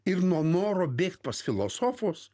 ir nuo noro bėgt pas filosofus